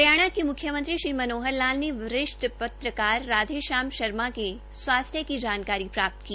हरियाणा के म्ख्यमंत्री श्री मनोहरलाल ने वरिष्ठ पत्रकार राधे श्याम शर्मा के स्वास्थ्य की जानकारी प्राप्त की